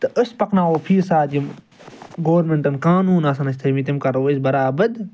تہٕ أسۍ پَکناوَو فی ساتہٕ یِم گورمِنٛٹَن قانوٗن آسَن اَسہِ تھٲیِمٕتۍ تِم کَرَو أسۍ برابر